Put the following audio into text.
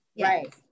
Right